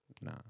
Nah